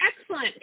Excellent